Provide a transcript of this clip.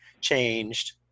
changed